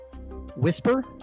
Whisper